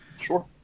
Sure